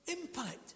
Impact